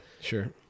Sure